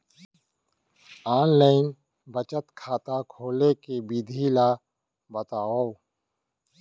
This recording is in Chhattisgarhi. ऑनलाइन बचत खाता खोले के विधि ला बतावव?